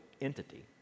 entity